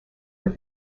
with